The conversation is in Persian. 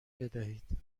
بدهید